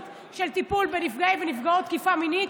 של טיפול בנפגעי ונפגעות תקיפה מינית,